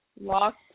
lost